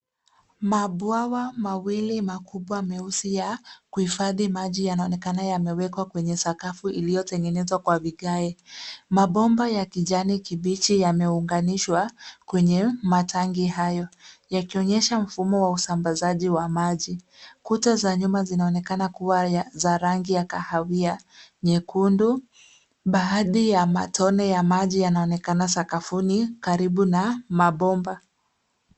Mabwawa makubwa meusi ya kuhifadhi maji yanaonekana yamewekwa kwenye sakafu iliyotengenezwa na vigae. Mabomba ya kijani kibichi yameunganishwa kwenye matangi hayo, yakionyesha mfumo wa usambazaji wa maji. Kuta za nyumba zinaonekana kuwa za rangi ya kahawia nyekundu. Baadhi ya matone ya maji yanaonekana sakafuni karibu na mabomba.